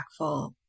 impactful